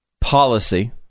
policy